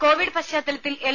Covid പശ്ചാത്തലത്തിൽ L